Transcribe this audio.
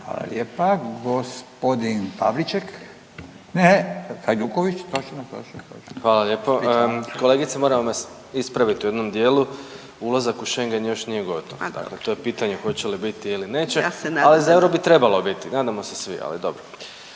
točno, točno, točno. **Hajduković, Domagoj (Nezavisni)** Hvala lijepo. Kolegice moram vas ispraviti u jednom dijelu, ulazak u šengen još nije gotov, dakle to je pitanje hoće li biti ili neće, ali za euro bi trebalo biti nadamo se svi, ali dobro.